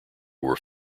were